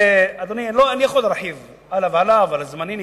אדוני, אני יכול להרחיב, אבל זמני נגמר,